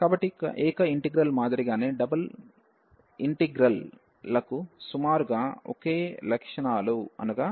కాబట్టి ఏక ఇంటిగ్రల్ మాదిరిగానే డబుల్ ఇంటిగ్రల్లకు సుమారుగా ఒకే లక్షణాలు ఉన్నాయి